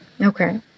Okay